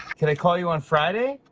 can i call you on friday?